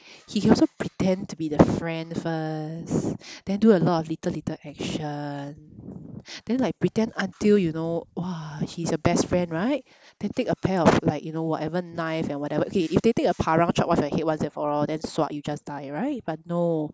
he can also pretend to be the friend first then do a lot of little little action then like pretend until you know !wah! she's your best friend right then take a pair of like you know whatever knife and whatever okay if they take a parang chop off your head once and for all then sua you just die right but no